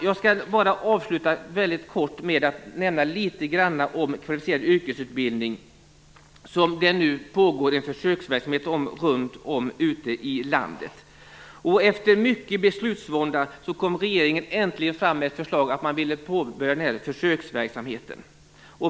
Jag skall avsluta med att nämna något om kvalificerad yrkesutbildning, som det nu pågår en försöksverksamhet med runt om i landet. Efter mycken beslutsvånda kom regeringen äntligen fram med ett förslag om att påbörja försöksverksamheten.